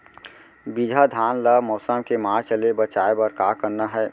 बिजहा धान ला मौसम के मार्च ले बचाए बर का करना है?